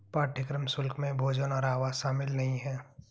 पाठ्यक्रम शुल्क में भोजन और आवास शामिल नहीं है